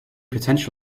potential